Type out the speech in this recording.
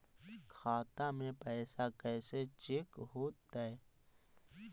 खाता में पैसा कैसे चेक हो तै?